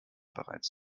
bereits